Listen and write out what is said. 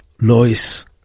Lois